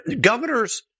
governors